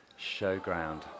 showground